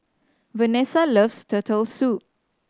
Vanesa loves Turtle Soup